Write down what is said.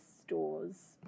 stores